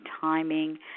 timing